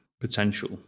potential